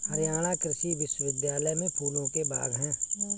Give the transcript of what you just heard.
हरियाणा कृषि विश्वविद्यालय में फूलों के बाग हैं